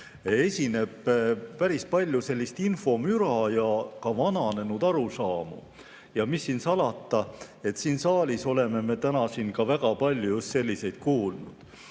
esineb päris palju infomüra ja ka vananenud arusaamu ja mis siin salata, siin saalis oleme me tänagi väga palju just selliseid kuulnud.